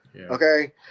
okay